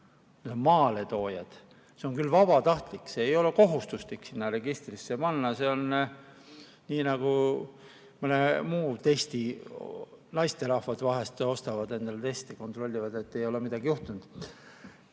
Need on maaletoojad. See on küll vabatahtlik, ei ole kohustuslik sinna registrisse [andmeid] panna. See on nii nagu mõne muu testiga, mida naisterahvad vahel ostavad endale, kontrollivad, et ei ole midagi juhtunud.